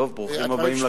ברוכים הבאים לכנסת.